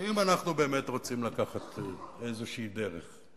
ואם אנחנו באמת רוצים לקחת איזו דרך,